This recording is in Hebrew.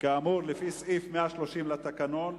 כאמור לפי סעיף 130 לתקנון,